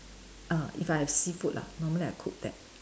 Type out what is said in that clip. ah if I have seafood lah normally I cook that